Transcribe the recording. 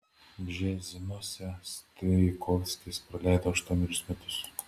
bžezinuose strijkovskis praleido aštuonerius metus